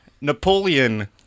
Napoleon